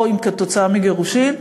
או כתוצאה מגירושין.